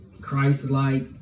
Christ-like